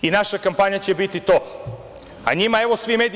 Naša kampanja će biti to, a njima evo svi mediji.